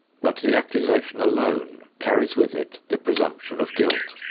but the accusation alone carries with it the presumption of guilt,